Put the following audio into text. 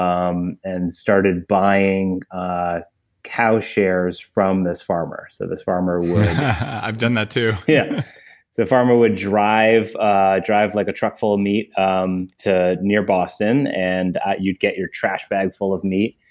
um and started buying ah cow shares from this farmer. so this farmer would i've done that too yeah. so the farmer would drive ah drive like a truck full of meat um to near boston and you'd get your trash bag full of meat.